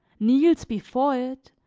kneels before it,